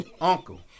uncle